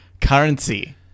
currency